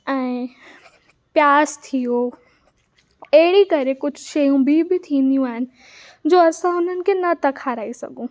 ऐं प्याज थी वियो अहिड़ी तरह कुझु शयूं ॿियूं बि थींदियूं आहिनि जो असां उन्हनि खे न था खाराए सघूं